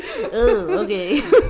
okay